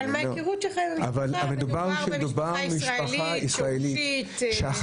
אבל מההיכרות שלך עם המשפחה מדובר במשפחה ישראלית שורשית.